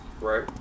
right